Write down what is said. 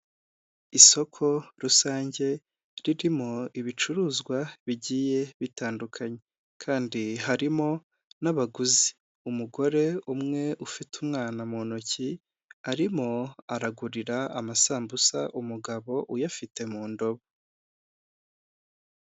Isoko rusange ririmo ibicuruzwa bigiye bitandukanye kandi harimo n'abaguzi, umugore umwe ufite umwana mu ntoki arimo aragurira amasambusa umugabo uyafite mu ndobo.